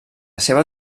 seva